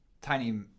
tiny